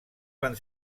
van